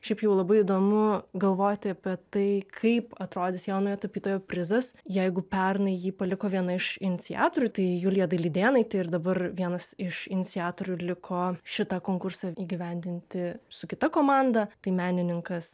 šiaip jau labai įdomu galvoti apie tai kaip atrodys jaunojo tapytojo prizas jeigu pernai jį paliko viena iš iniciatorių tai julija dailidėnaitė ir dabar vienas iš iniciatorių liko šitą konkursą įgyvendinti su kita komanda tai menininkas